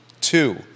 two